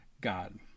God